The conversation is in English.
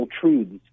truths